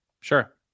Sure